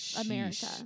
America